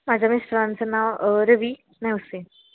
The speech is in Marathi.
माझ्या मिस्टरांचं नाव रवी नेवसे